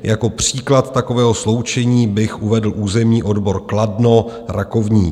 Jako příklad takového sloučení bych uvedl územní odbor Kladno Rakovník.